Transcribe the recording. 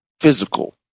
physical